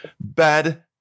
bad